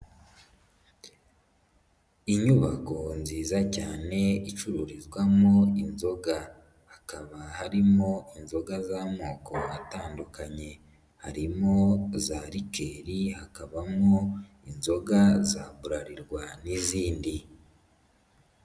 Inyubako nziza cyane icururizwamo inzoga, hakaba harimo inzoga z'amoko atandukanye, harimo za rikeli hakabamo inzoga za Bralirwa n'izindi.